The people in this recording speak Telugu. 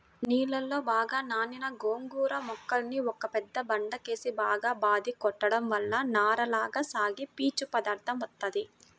నీళ్ళలో బాగా నానిన గోంగూర మొక్కల్ని ఒక పెద్ద బండకేసి బాగా బాది కొట్టడం వల్ల నారలగా సాగి పీచు పదార్దం వత్తది